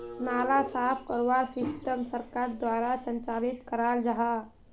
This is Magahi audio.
नाला साफ करवार सिस्टम सरकार द्वारा संचालित कराल जहा?